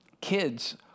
Kids